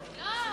אתמול.